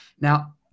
Now